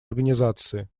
организации